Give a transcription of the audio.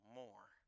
more